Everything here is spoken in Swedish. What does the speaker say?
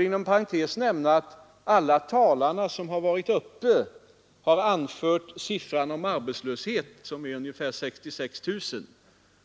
Inom parentes kan jag säga att alla talare hittills har nämnt arbetslöshetssiffran, ungefär 66 000,